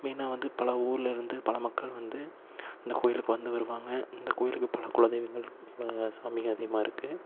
மெயினாக வந்து இப்போல்லாம் ஊர்லேருந்து பல மக்கள் வந்து இந்த கோயிலுக்கு வந்து வருவாங்க இந்த கோயிலுக்குப் பல குல தெய்வங்கள் சாமி அதிகமாக இருக்குது